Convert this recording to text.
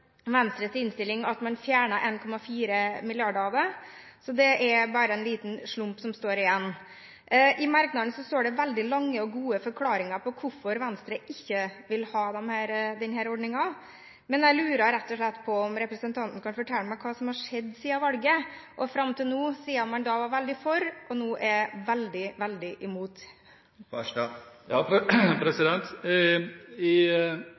innstilling at man fjerner 1,4 mrd. kr av det, så det er bare en liten slump som står igjen. I merknadene står det veldig lange og gode forklaringer på hvorfor Venstre ikke vil ha denne ordningen, men jeg lurer rett og slett på om representanten kan fortelle meg hva som har skjedd siden valget og fram til nå, siden man da var veldig for, og nå er veldig, veldig imot. I Venstres valgprogram står det ingenting om nettolønnsordningen, verken i